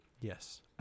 Yes